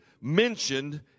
mentioned